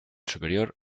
superior